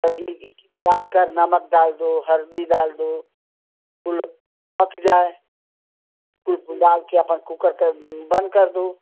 सब एक में डालकर नमक डाल दो हल्दी डाल दो कुल पक जाए कुल डाल के अपन कूकर को बंद कर दो